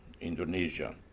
Indonesia